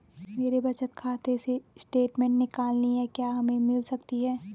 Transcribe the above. मेरे बचत खाते से स्टेटमेंट निकालनी है क्या हमें मिल सकती है?